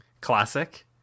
Classic